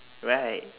right